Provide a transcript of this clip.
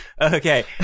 Okay